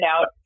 out